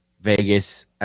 Vegas